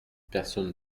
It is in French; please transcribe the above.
personne